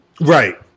Right